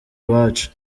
iwacu